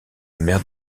mère